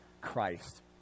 Christ